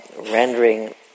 rendering